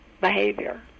Behavior